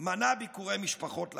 מנע ביקורי משפחות לאסירים,